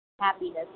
happiness